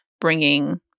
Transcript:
bringing